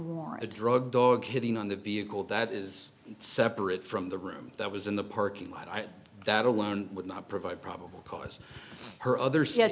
war a drug dog hitting on the vehicle that is separate from the room that was in the parking lot that alone would not provide probable cause her other